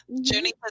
Journey